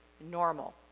normal